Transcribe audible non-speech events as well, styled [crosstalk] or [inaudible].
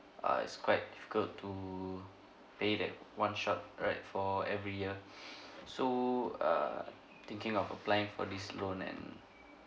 err it's quite difficult to pay that one shot right for every year [breath] so err thinking of applying for this loan and